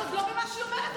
אני לא מבינה מה שהיא אומרת.